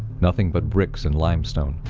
nothing but bricks and limestone.